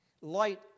light